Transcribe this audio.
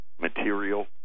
material